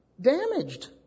damaged